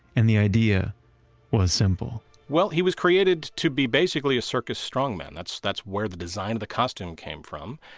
and the idea was simple well, he was created to be basically a circus strong man, that's that's where the design of the costume came from,